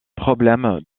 problème